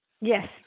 Yes